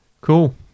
Cool